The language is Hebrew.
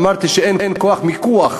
אמרתי שאין כוח מיקוח